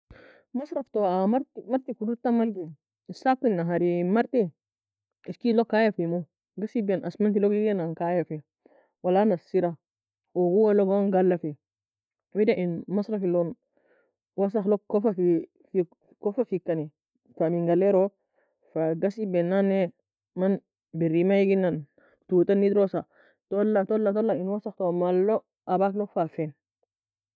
مصرف toue a Marti kodud tam algi. Esata nhari Marti Eskead log kaya fimou. Ghasibe en اسمنت log eageinan kaya fe Wala nasiraha. Oug owoe log galafi. Wida مصرف eilon.وسخlog kufafi kufafi keni. Fa minga awelo. Fa ghasie bea nane man berima eaginan ga Tuoe tana edrosa. Tola tola in وسخ to malei Abak log fa fien